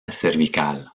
cervical